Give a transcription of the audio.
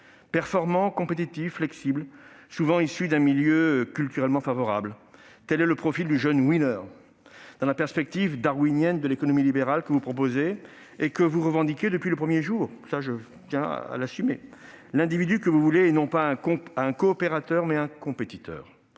Performant, compétitif, flexible, souvent issu d'un milieu culturellement favorable, tel est le profil du jeune «» dans la perspective darwinienne de l'économie libérale que vous proposez et que vous revendiquez depuis le premier jour- je vous le reconnais. L'individu que vous voulez est non pas un coopérateur, mais un compétiteur.